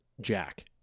jack